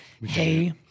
hey